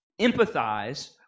Empathize